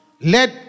Let